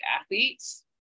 athletes